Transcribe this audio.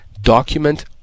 document